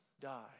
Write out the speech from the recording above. die